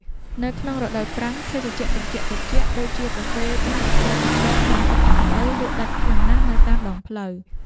នៅក្នុងរដូវប្រាំងភេសជ្ជៈត្រជាក់ៗដូចជាកាហ្វេទឹកដោះគោទឹកកក និងទឹកអំពៅលក់ដាច់ខ្លាំងណាស់នៅតាមដងផ្លូវ។